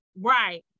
right